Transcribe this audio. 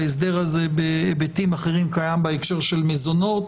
ההסדר הזה בהיבטים אחרים קיים בהקשר של מזונות,